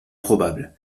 probables